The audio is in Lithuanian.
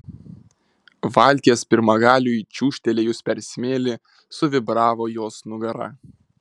valties pirmagaliui čiūžtelėjus per smėlį suvibravo jos nugara